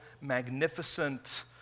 magnificent